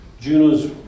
Juno's